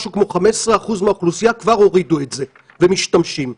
משהו כמו 15% מהאוכלוסייה כבר הורידו את זה ומשתמשים בזה.